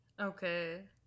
Okay